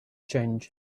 change